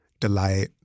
delight